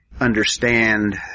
understand